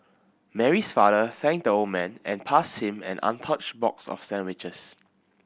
Mary's father thanked the old man and passed him an untouched box of sandwiches